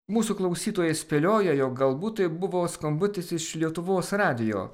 mūsų klausytojai spėlioja jog galbūt tai buvo skambutis iš lietuvos radijo